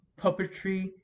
puppetry